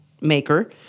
maker